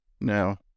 Now